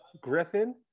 Griffin